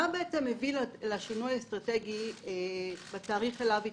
מה בעצם הביא לשינוי האסטרטגי בתאריך אליו התייחסת,